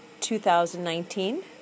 2019